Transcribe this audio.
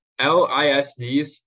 LISDs